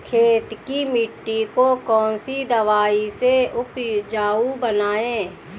खेत की मिटी को कौन सी दवाई से उपजाऊ बनायें?